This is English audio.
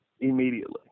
immediately